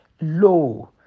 low